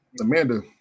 Amanda